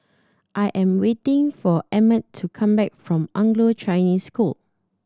I am waiting for Emmett to come back from Anglo Chinese School